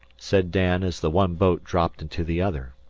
said dan, as the one boat dropped into the other.